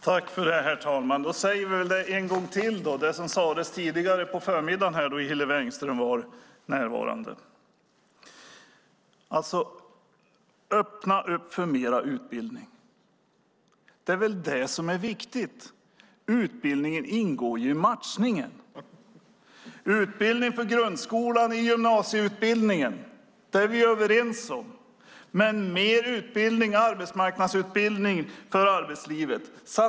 Herr talman! Då säger vi det en gång till som sades på förmiddagen då Hillevi Engström var närvarande. Öppna upp för mer utbildning! Det är väl det som är viktigt. Utbildningen ingår ju i matchningen. Utbildning på grundskolan och gymnasieutbildningen är vi ju överens om, men det behövs mer utbildning, som arbetsmarknadsutbildning för arbetslivet.